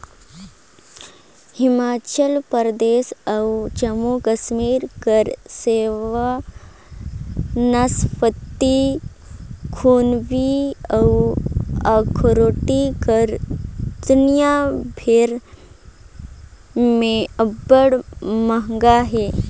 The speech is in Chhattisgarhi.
हिमाचल परदेस अउ जम्मू कस्मीर कर सेव, नासपाती, खूबानी अउ अखरोट कर दुनियां भेर में अब्बड़ मांग अहे